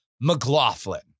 McLaughlin